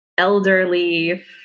elderly